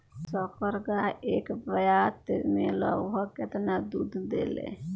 संकर गाय एक ब्यात में लगभग केतना दूध देले?